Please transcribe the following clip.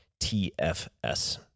TFS